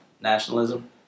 nationalism